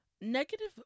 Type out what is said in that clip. negative